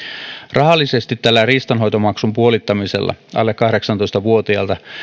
rahallisesti tällä riistanhoitomaksun puolittamisella alle kahdeksantoista vuotiailta